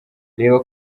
reba